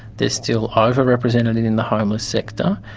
they're still ah over-represented in the homeless sector,